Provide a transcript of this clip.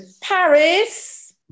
Paris